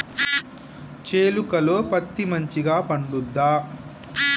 చేలుక లో పత్తి మంచిగా పండుద్దా?